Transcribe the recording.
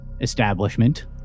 establishment